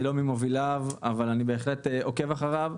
אני לא ממוביליו, אבל אני בהחלט עוקב אחריו.